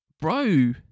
Bro